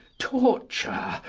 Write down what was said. torture,